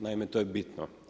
Naime to je bitno.